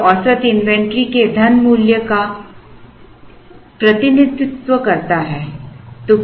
यह औसत इन्वेंट्री के धन मूल्य का प्रतिनिधित्व करता है